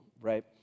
right